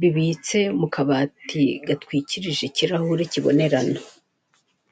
bibitse mu kabati gatwikirije ikirahure kibonerana.